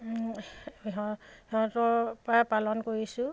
সিহঁতৰপৰা পালন কৰিছোঁ